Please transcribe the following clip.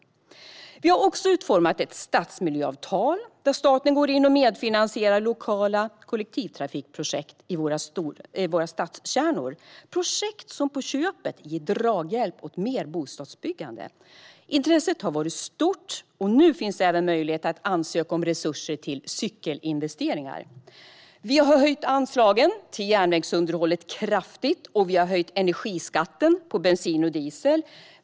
Regeringen har också utformat ett stadsmiljöavtal, där staten går in och medfinansierar lokala kollektivtrafikprojekt i våra stadskärnor. Det är projekt som på köpet ger draghjälp åt mer bostadsbyggande. Intresset har varit stort, och nu finns även möjlighet att ansöka om resurser till cykelinvesteringar. Vi har höjt anslagen till järnvägsunderhållet kraftigt, och vi har höjt energiskatten på bensin och diesel.